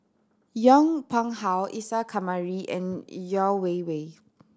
Yong Pung How Isa Kamari and Yeo Wei Wei